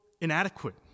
inadequate